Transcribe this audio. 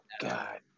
God